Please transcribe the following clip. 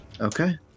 Okay